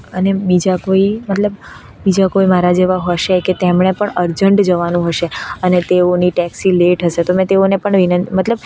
અને બીજા કોઈ મતલબ બીજા કોઈ મારા જેવા હશે કે તેમણે પણ અર્જન્ટ જવાનું હશે અને તેઓની ટેક્સી લેટ હશે તો મેં તેઓને પણ વિનંતી મતલબ